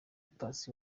paccy